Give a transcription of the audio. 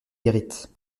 guérite